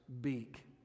beak